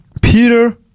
peter